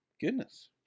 Goodness